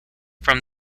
from